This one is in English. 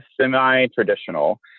semi-traditional